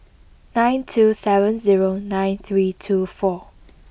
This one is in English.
nine two seven zero nine three two four